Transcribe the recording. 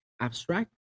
abstract